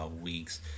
weeks